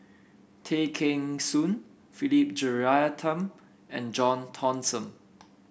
Tay Kheng Soon Philip Jeyaretnam and John Thomson